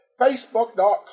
Facebook.com